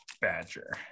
Badger